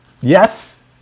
Yes